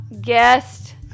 guest